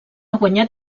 guanyat